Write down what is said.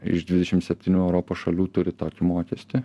iš dvidešim septynių europos šalių turi tokį mokestį